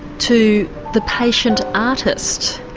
to the patient artist.